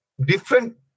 different